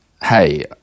Hey